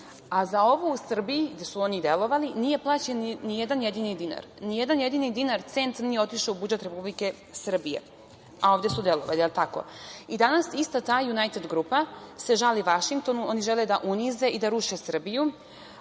a za ovo u Srbiji, gde su oni delovali, nije plaćen ni jedan jedini dinar. Ni jedan jedini dinar, cent, nije otišao u budžet Republike Srbije, a ovde su delovali. Danas se ista ta „Junajted grupa“ žali Vašingtonu, oni žele da unize i da ruše Srbiju.